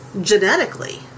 genetically